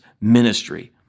ministry